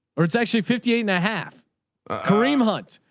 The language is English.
or it's actually fifty eight and a half kareem hunt.